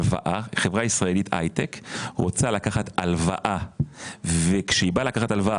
כאשר חברה ישראלית הייטק רוצה לקחת הלוואה וכשהיא באה לקחת הלוואה